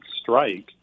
strike